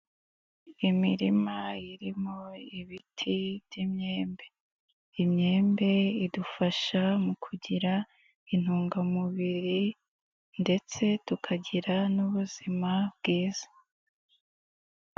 Imirima irimo ibiti by'imyembe, imyembe idufasha mu kugira intungamubiri, ndetse tukagira n'ubuzima bwiza.